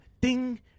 ding